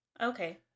Okay